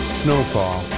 snowfall